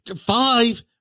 five